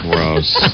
Gross